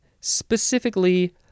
specifically